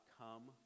come